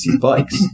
bikes